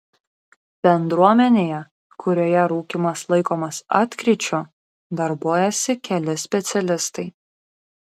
bendruomenėje kurioje rūkymas laikomas atkryčiu darbuojasi keli specialistai